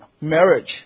marriage